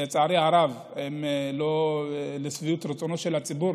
לצערי הרב הם לא לשביעות רצונו של הציבור,